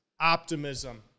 optimism